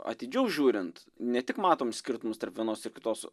atidžiau žiūrint ne tik matom skirtumus tarp vienos ir kitos